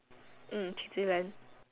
mm kitty land